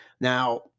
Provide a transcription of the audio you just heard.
Now